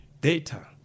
data